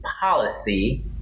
policy